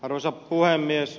arvoisa puhemies